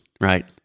right